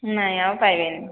ନାଇ ଆଉ ପାଇବେନି